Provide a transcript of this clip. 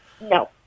No